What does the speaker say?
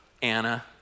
Anna